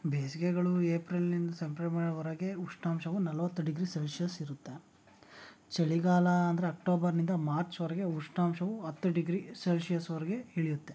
ಬೇಸಿಗೆಗಳು ಏಪ್ರಿಲ್ಲಿನಿಂದ ಸೆಪ್ಟೆಂಬರ್ವರೆಗೆ ಉಷ್ಣಾಂಶವು ನಲವತ್ತು ಡಿಗ್ರಿ ಸೆಲ್ಶಿಯಸ್ ಇರುತ್ತೆ ಚಳಿಗಾಲ ಅಂದರೆ ಅಕ್ಟೋಬರಿನಿಂದ ಮಾರ್ಚ್ವರೆಗೆ ಉಷ್ಣಾಂಶವು ಹತ್ತು ಡಿಗ್ರಿ ಸೆಲ್ಶಿಯಸ್ವರೆಗೆ ಇಳಿಯುತ್ತೆ